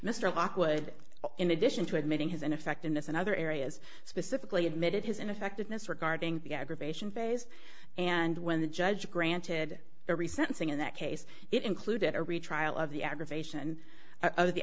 mr lockwood in addition to admitting his ineffectiveness in other areas specifically admitted his ineffectiveness regarding the aggravation phase and when the judge granted a resentencing in that case it included a retrial of the aggravation of the